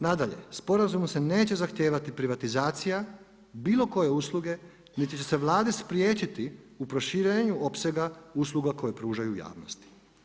Nadalje, sporazumu se neće zahtijevati privatizacije bilo koje usluge niti će se Vlade spriječiti u proširenju opsega usluga koje pružaju javnosti.